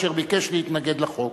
אשר ביקש להתנגד לחוק.